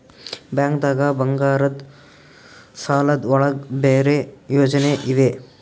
ಬ್ಯಾಂಕ್ದಾಗ ಬಂಗಾರದ್ ಸಾಲದ್ ಒಳಗ್ ಬೇರೆ ಯೋಜನೆ ಇವೆ?